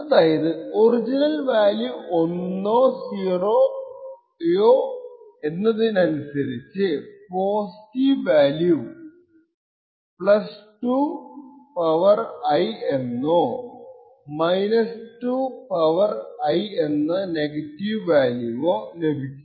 അതായത് original value 1 ആണോ 0 ആണോ എന്നതിനനുസരിച്ചു പോസിറ്റീവ് വാല്യൂ 2 I എന്നോ 2 I നെഗറ്റീവ വാല്യൂവോ ലഭിക്കും